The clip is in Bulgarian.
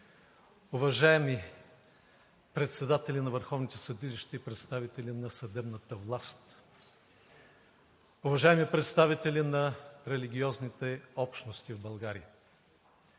уважаеми председатели на върховните съдилища и представители на съдебната власт, уважаеми представители на религиозните общности в България,